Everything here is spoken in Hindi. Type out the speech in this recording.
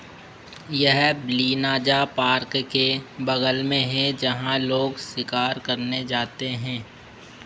यह ब्लिनाजा पार्क के बगल में है जहाँ लोग शिकार करने जाते हैं